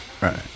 Right